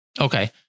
Okay